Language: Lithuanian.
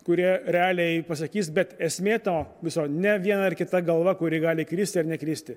kurie realiai pasakys bet esmė to viso ne viena ar kita galva kuri gali kristi ar nekristi